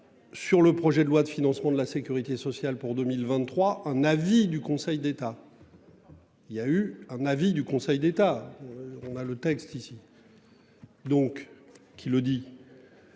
Sur le projet de loi de financement de la Sécurité sociale pour 2023, un avis du Conseil d'État. Il y a eu un avis du Conseil d'État. On a le texte. Donc qui le dit.